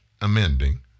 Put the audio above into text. amending